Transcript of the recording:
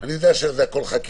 אני יודע שהכול חקיקה,